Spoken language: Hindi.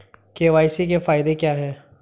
के.वाई.सी के फायदे क्या है?